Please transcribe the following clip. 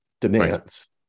demands